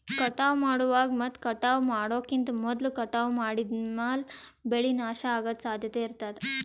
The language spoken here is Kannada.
ಕಟಾವ್ ಮಾಡುವಾಗ್ ಮತ್ ಕಟಾವ್ ಮಾಡೋಕಿಂತ್ ಮೊದ್ಲ ಕಟಾವ್ ಮಾಡಿದ್ಮ್ಯಾಲ್ ಬೆಳೆ ನಾಶ ಅಗದ್ ಸಾಧ್ಯತೆ ಇರತಾದ್